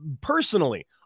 personally